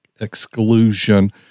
exclusion